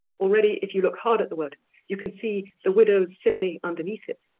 already if you look hard at the word you can see the widow's simile underneath it